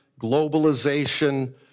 globalization